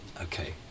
Okay